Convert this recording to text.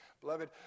Beloved